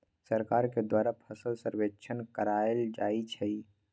सरकार के द्वारा फसल सर्वेक्षण करायल जाइ छइ